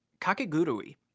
Kakegurui